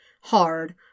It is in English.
hard